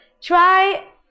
try